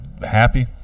Happy